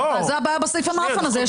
זאת הבעיה בסעיף ה"מעאפן" הזה,